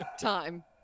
time